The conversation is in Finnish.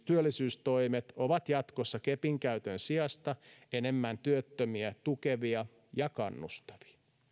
työllisyystoimet ovat jatkossa kepin käytön sijasta enemmän työttömiä tukevia ja kannustavia